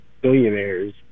billionaires